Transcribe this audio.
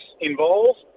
involved